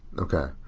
okay.